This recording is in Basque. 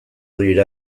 dira